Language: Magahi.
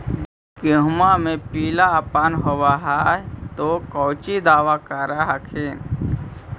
गोहुमा मे पिला अपन होबै ह तो कौची दबा कर हखिन?